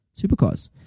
supercars